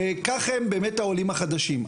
וכך הם באמת העולים החדשים.